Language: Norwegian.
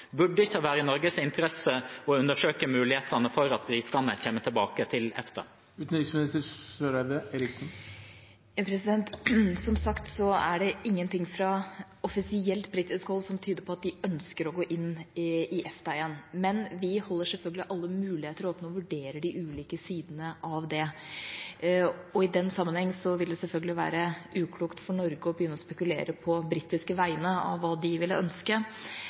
burde det ikke da være i Norges interesse å undersøke mulighetene for at britene kommer tilbake til EFTA? Som sagt er det ingenting fra offisielt britisk hold som tyder på at de ønsker å gå inn i EFTA igjen. Men vi holder selvfølgelig alle muligheter åpne og vurderer de ulike sidene av det. I den sammenheng vil det selvfølgelig være uklokt av Norge å begynne å spekulere på Storbritannias vegne på hva de ville ønske.